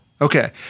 Okay